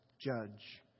judge